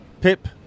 pip